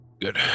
Good